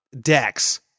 Dex